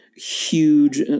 huge